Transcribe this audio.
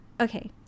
Okay